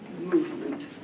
movement